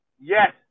Yes